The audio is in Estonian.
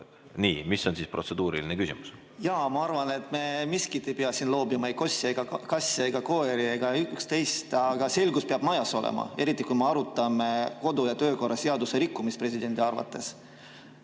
Nii. Mis on siis protseduuriline küsimus? Jaa, ma arvan, et me ei peaks siin midagi loopima, ei kasse-koeri ega üksteist. Aga selgus peab majas olema, eriti kui me arutame kodu‑ ja töökorra seaduse rikkumist presidendi arvates.